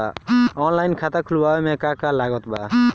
Online खाता खुलवावे मे का का लागत बा?